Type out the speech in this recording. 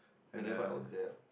whenever I was there ah